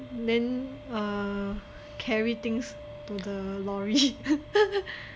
then err carry things to the lorry